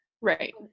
Right